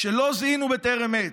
כשלא זיהינו בטרם עת,